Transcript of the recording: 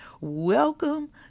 Welcome